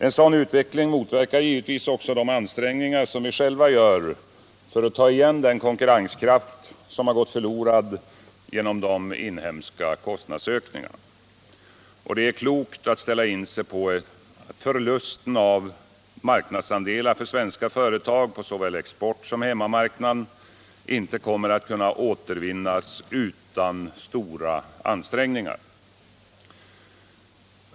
En sådan utveckling motverkar givetvis också de ansträngningar som vi själva gör för att ta igen den konkurrenskraft som har gått förlorad genom de inhemska kostnadsökningarna. Det är klokt att ställa in sig på att förlusten av marknadsandelar för svenska företag såväl på exportmarknaderna som på hemmamarknaden inte kommer att kunna återvinnas utan stora ansträngningar.